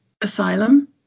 asylum